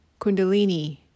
Kundalini